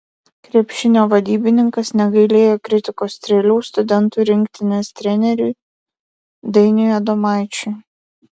krepšinio vadybininkas negailėjo kritikos strėlių studentų rinktinės treneriui dainiui adomaičiui